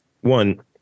One